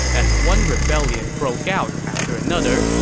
as one rebellion broke out after another,